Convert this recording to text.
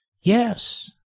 Yes